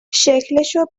شکلشو